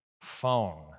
phone